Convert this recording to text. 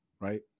right